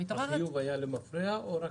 החיוב היה למפרע או מ-2017?